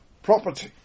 property